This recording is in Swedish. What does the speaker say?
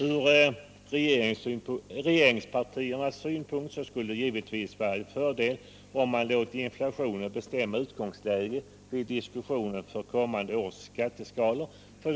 Från regeringspartiernas synpunkt sett skulle det givetvis vara en fördel om man lät inflationen bestämma utgångsläget vid diskussionen om kommande års skatteskalor.